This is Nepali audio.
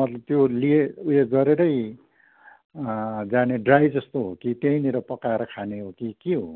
मतलब त्यो लिए उयो गरेरै जाने ड्राई जस्तो हो कि त्यहीँनिर पकाएर खाने हो कि के हो